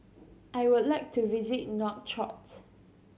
I would like to visit Nouakchott